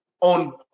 On